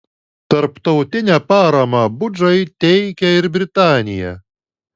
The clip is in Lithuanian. tarptautinę paramą abudžai teikia ir britanija